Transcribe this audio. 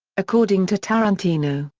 according to tarantino,